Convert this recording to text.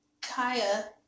Kaya